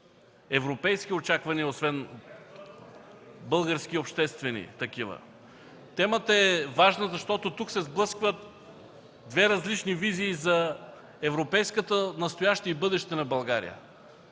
европейски очаквания, освен с български обществени такива. Темата е важна, защото тук се сблъскват две различни визии за европейското настояще и бъдеще на България.